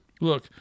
Look